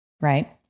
right